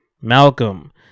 Malcolm